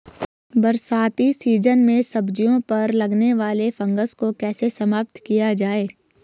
बरसाती सीजन में सब्जियों पर लगने वाले फंगस को कैसे समाप्त किया जाए?